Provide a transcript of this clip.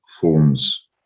forms